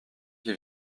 qui